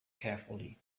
carefully